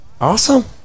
Awesome